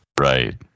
Right